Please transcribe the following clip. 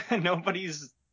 Nobody's